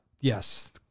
yes